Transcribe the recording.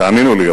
תאמינו לי,